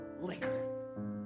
liquor